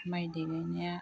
माइ देनायनिया